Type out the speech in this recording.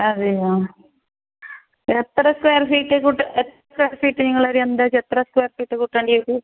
അതെയോ എത്ര square feet കൂട്ടണം എത്ര ഫീറ്റ് നിങ്ങളെ ഒരു എത്ര സ്കൊയർ ഫീറ്റ് കൂട്ടേണ്ടി വരും